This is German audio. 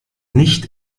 nicht